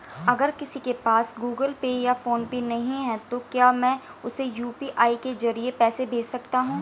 अगर किसी के पास गूगल पे या फोनपे नहीं है तो क्या मैं उसे यू.पी.आई के ज़रिए पैसे भेज सकता हूं?